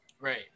Right